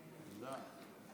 תודה.